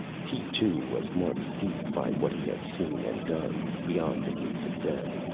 he, too, was marked deep by what he had seen and done, beyond the gates of death.